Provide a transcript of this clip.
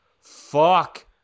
fuck